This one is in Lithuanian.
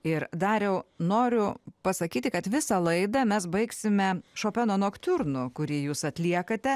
ir dariau noriu pasakyti kad visą laidą mes baigsime šopeno noktiurnu kurį jūs atliekate